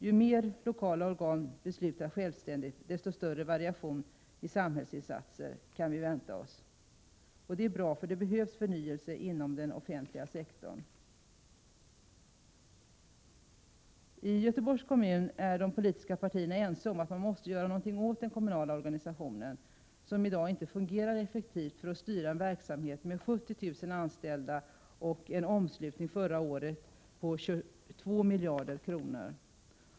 Ju mer som lokala organ beslutar självständigt, desto större variation i samhällsinsatser kan vi vänta oss. Det är bra, för det behövs förnyelse inom den offentliga sektorn. I Göteborgs kommun är de politiska partierna ense om att man måste göra något åt den kommunala organisationen, som i dag inte fungerar effektivt när det gäller att styra en verksamhet med 70 000 anställda och en omslutning förra året på 22 miljarder kronor.